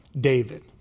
David